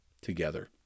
together